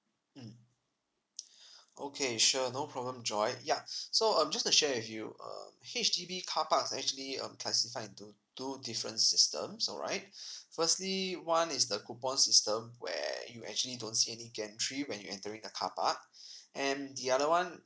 mm okay sure no problem joy ya so um just to share with you um H_D_B car parks actually um classified into two different systems all right firstly one is the coupon system where you actually don't see any gantry when you're entering the car park and the other one